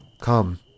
Come